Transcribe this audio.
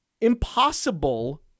impossible